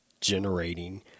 generating